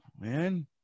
man